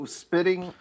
spitting